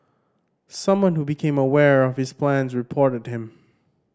someone who became aware of his plans reported him